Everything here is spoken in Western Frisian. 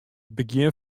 begjin